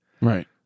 Right